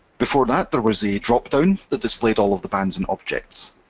before that there was a dropdown that displayed all of the bands and objects.